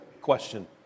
question